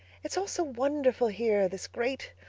it's all so wonderful here this great,